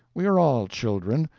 we are all children,